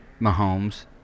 Mahomes